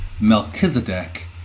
Melchizedek